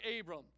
Abram